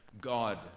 God